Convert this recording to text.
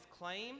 claim